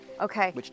Okay